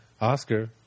Oscar